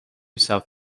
south